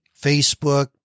Facebook